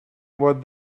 what